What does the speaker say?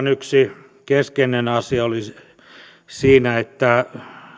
yksi keskeinen asia oli siinä että